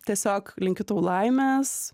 tiesiog linkiu tau laimės